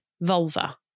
vulva